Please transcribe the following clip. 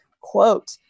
quote